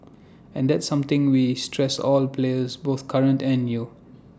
and that's something we stress all the players both current and new